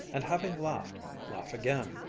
and having laughed, laugh again,